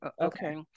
Okay